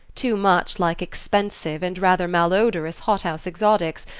too much like expensive and rather malodorous hot-house exotics,